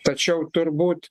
tačiau turbūt